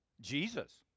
Jesus